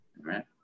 right